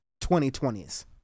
2020s